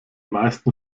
meisten